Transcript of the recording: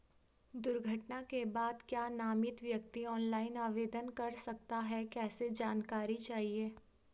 दुर्घटना के बाद क्या नामित व्यक्ति ऑनलाइन आवेदन कर सकता है कैसे जानकारी चाहिए?